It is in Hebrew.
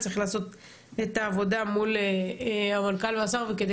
צריך לעשות את העבודה מול המנכ"ל והשר כדי